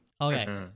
Okay